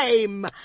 time